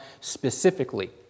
specifically